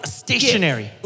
stationary